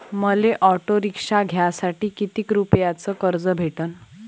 मले auto rickshaw घ्यासाठी कितीक रुपयाच कर्ज भेटनं?